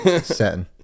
setting